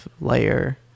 layer